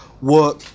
work